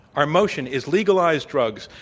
our motion is legalize drugs,